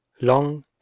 long